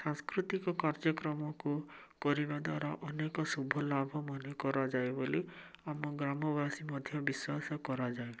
ସାଂସ୍କୃତିକ କାର୍ଯ୍ୟକ୍ରମକୁ କରିବା ଦ୍ୱାରା ଅନେକ ଶୁଭ ଲାଭ ମନେ କରାଯାଏ ବୋଲି ଆମ ଗ୍ରାମବାସୀ ମଧ୍ୟ ବିଶ୍ଵାସ କରାଯାଏ